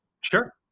Sure